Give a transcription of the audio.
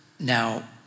Now